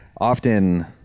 often